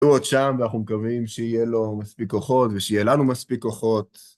הוא עוד שם, ואנחנו מקווים שיהיה לו מספיק כוחות, ושיהיה לנו מספיק כוחות.